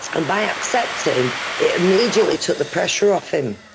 and by accepting, it immediately took the pressure off him,